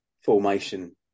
formation